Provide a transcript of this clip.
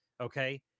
Okay